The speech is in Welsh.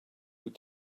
wyt